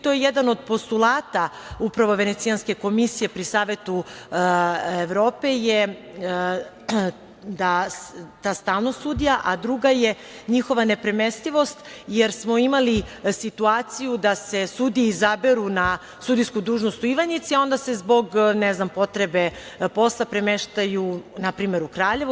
To je jedan od postulata Venecijanske komisije pri Savetu Evrope, ta stalnost sudija, a druga je njihova nepremestivost, jer smo imali situaciju da se sudije izaberu na sudijsku dužnost u Ivanjici, a onda se zbog, ne znam, potrebe posla premeštaju npr. u Kraljevo.